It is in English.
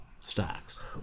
stocks